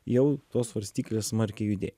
jau tos svarstyklės smarkiai judėjo